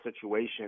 situation